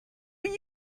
you